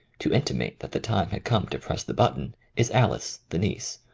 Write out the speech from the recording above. to inti mate that the time had come to press the button, is alice, the niece,